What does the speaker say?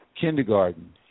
kindergarten